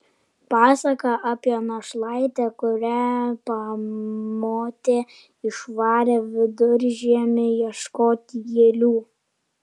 pasaka apie našlaitę kurią pamotė išvarė viduržiemį ieškoti gėlių